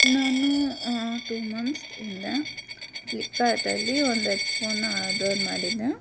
ನಾನು two months ಹಿಂದೆ ಫ್ಲಿಕ್ಕಾರ್ಟಲ್ಲಿ ಒಂದು ಎಡ್ಫೋನನ್ನ ಆರ್ಡರ್ ಮಾಡಿದ್ದೆ